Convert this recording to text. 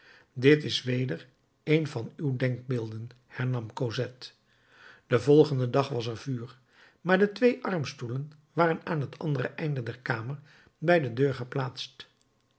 dit is weder een van uwe denkbeelden hernam cosette den volgenden dag was er vuur maar de twee armstoelen waren aan het andere einde der kamer bij de deur geplaatst